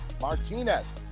martinez